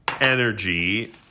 energy